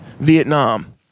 Vietnam